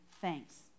thanks